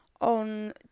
on